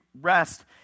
rest